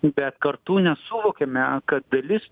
bet kartu nesuvokiame kad dalis